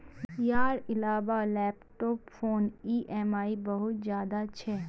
यार इलाबा लैपटॉप पोत ई ऍम आई बहुत ज्यादा छे